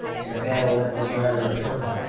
in a battle that was rather a tournament.